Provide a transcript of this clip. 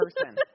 person